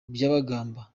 byabagamba